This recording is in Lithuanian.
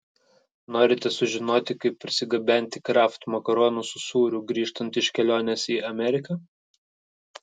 norite sužinoti kaip parsigabenti kraft makaronų su sūriu grįžtant iš kelionės į ameriką